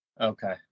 Okay